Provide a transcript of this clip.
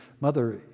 mother